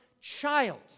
child